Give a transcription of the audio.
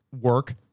work